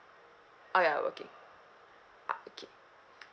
ah ya you are working uh okay